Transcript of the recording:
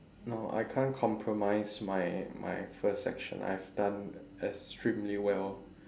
no I can't compromise my my first section I've done extremely well